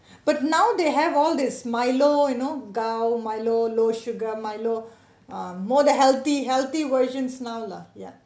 but now they have all this milo you know gao milo low sugar milo ah more the healthy healthy versions now lah ya